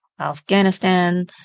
afghanistan